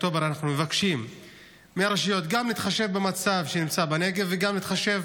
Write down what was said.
באוקטובר אנחנו מבקשים מהרשויות גם להתחשב במצב בנגב וגם להתחשב